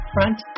Front